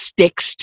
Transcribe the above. sticks